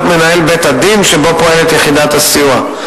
מנהל בית-הדין שבו פועלת יחידת הסיוע.